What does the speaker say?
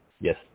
yes